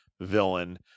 villain